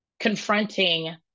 confronting